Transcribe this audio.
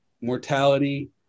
mortality